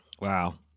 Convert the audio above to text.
Wow